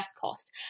cost